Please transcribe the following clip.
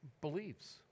believes